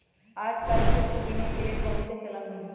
याजकाल किस्त किनेके बहुते चलन में हइ